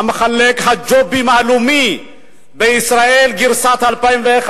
מחלק הג'ובים הלאומי בישראל גרסת 2001,